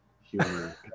humor